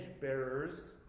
bearers